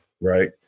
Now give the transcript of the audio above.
right